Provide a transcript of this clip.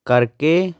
ਕਰਕੇ